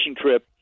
trip